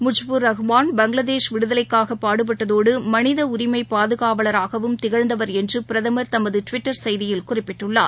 முஜ்பூர் ரஹ்மான் பங்ளாதேஷ் விடுதலைக்காகபாடுபட்டதோடு மனிதஉரிமைபாதுகாவலராகவும் திகழ்ந்தவர் என்றுபிரதமர் தமதுடுவிட்டர் செய்தியில் குறிப்பிட்டுள்ளார்